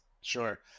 Sure